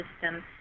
system